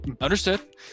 Understood